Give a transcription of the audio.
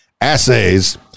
assays